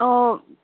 औ